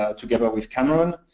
ah together with cameroon.